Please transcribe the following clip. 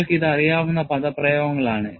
നിങ്ങൾക്ക് ഇത് അറിയാവുന്ന പദപ്രയോഗങ്ങൾ ആണ്